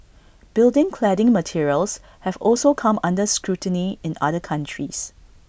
building cladding materials have also come under scrutiny in other countries